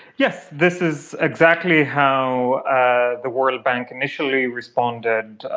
yes, this is exactly how ah the world bank initially responded.